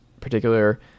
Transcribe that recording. particular